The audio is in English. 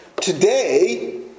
Today